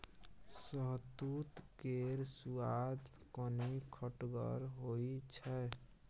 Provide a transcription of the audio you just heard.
शहतुत केर सुआद कनी खटगर होइ छै